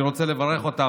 ואני רוצה לברך אותם: